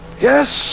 Yes